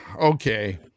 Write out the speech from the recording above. Okay